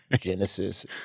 Genesis